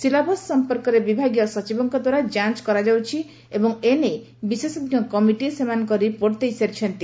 syllabus ସମ୍ପର୍କରେ ବିଭାଗୀୟ ସଚିବଙ୍କଦ୍ୱାରା ଯାଞ୍ କରାଯାଉଛି ଏବଂ ଏନେଇ ବିଶେଷ ସେମାନଙ୍କ ରିପୋର୍ଟ ଦେଇ ସାରିଛନ୍ତି